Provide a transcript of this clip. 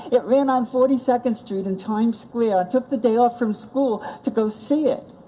it ran on forty second street in times square, i took the day off from school to go see it.